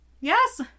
Yes